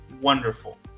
wonderful